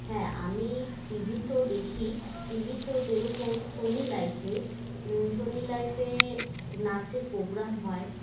হ্যাঁ আমি TV show দেখি টিভি শো যেরকম সোনি লাইফে সোনি লাইফে নাচের প্রোগ্রাম হয়